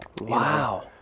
Wow